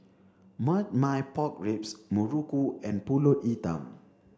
marmite pork ribs Muruku and Pulut Hitam